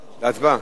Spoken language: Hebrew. להצבעה.